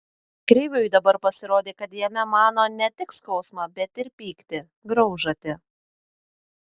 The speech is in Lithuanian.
kriviui dabar pasirodė kad jame mano ne tik skausmą bet ir pyktį graužatį